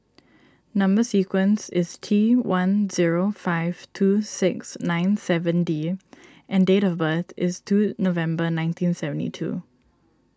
Number Sequence is T one zero five two six nine seven D and date of birth is two November nineteen seventy two